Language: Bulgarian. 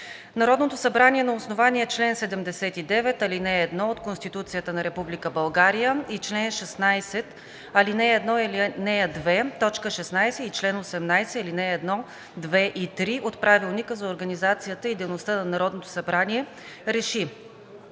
Народното събрание на основание чл. 79, ал. 1 от Конституцията на Република България и чл. 16, ал. 1 и ал. 2, т. 16 и чл. 18, ал. 1, 2 и 3 от Правилника за организацията и дейността на Народното събрание РЕШИ: